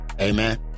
Amen